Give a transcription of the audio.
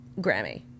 Grammy